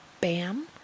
BAM